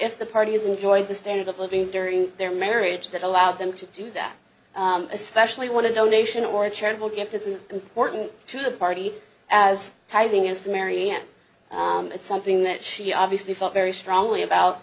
if the party has enjoyed the standard of living during their marriage that allowed them to do that especially want to donation or a charitable gift isn't important to the party as tithing as to mary and it's something that she obviously felt very strongly about